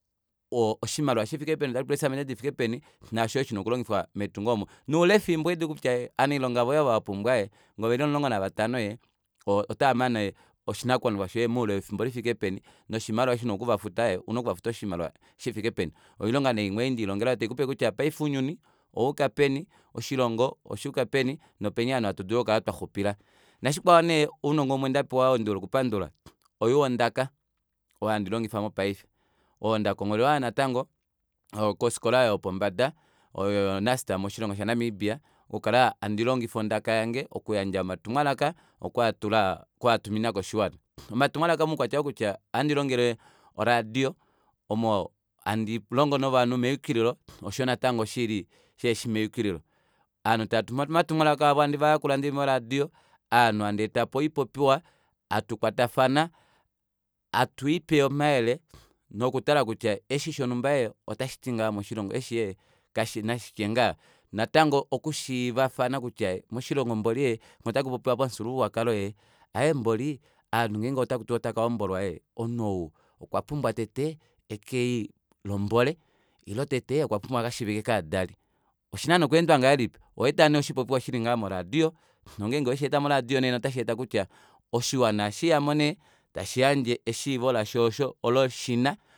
Oshimaliwa shifike peni otashipula eecements difike peni naasho kwali shina kulongifwa metungo omo noulefimbo ohadidulu kutya ovanailonga voye ava wapumbwa ngee oveli omulongo navatanho ota vadulu okuma oshinakuwanifwa shoye moule wefimbo lifike peni noshimaliwa eshi una okuvafuta ouna okuvafuta oshimaliwa shifike peni oyo oilonga nee imwe ei ndelilongela ei taikupe kutya paife ounyuni owayuka peni oshilongo osha yuka peni nopeni ovanhu hatu dulu okukala twaxupila nashikwao nee ounongo umwe ndapewa oo ndihole okupandula oyowu wondaka oo handilongifa mopaife oo ndakongholelwa yoo natango kofikola yopombada yo nust moshilongo sha namibia okukala handi longifa ondaka yange okuyandja omatumwalaka okwaatumina koshiwana omatumwalaka moukwatya ou kutya ohandilongele oradio omo handilongo novanhu meyukililo oshoyo natango shili shihefi meyukililo ovanhu tava tumu omatumwalaka avo haivayakula ndili mo radio ovhu handee tapo oipopiwa hatu kwatafana hatwiipe omayele nokutala kutya eshi shongumba ee otashiti ngaha moshilongo eshi nashitye ngaha natango oku shiivafana kutya moshilongo mboli ee ngee otakupopiwa komufyuululwakalo ee aaye mboli ovanhu ngenge otakuti otakahombolwa omunhu ou okwapumbwa tete ekelilombole ile tete okwapumbwa akashiivike kaadali oshina nee okweendwa ngahelipi oweeta nee oshipopiwa shilingaha mo radio nongenge owesheetamo oshiwana ohashiyamo nee tashiyandje eshiivo lasho olo shina